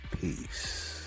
Peace